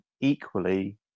equally